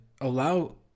allow